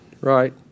right